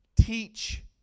teach